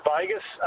Vegas